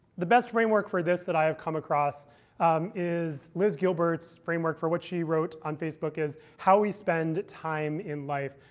the best framework for this that i have come across is liz gilbert's framework for what she wrote on facebook how we spend time in life.